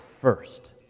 first